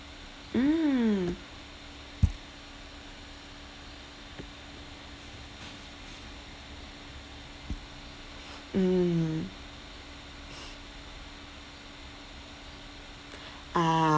mm mm ah